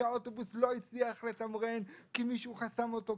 שהאוטובוס לא הצליח לתמרן כי מישהו חסם אותו,